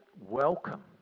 welcome